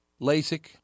LASIK